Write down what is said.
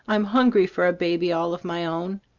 i'm hungry for a baby all of my own.